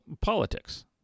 politics